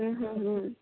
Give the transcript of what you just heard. हुं हुं हुं